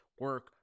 Work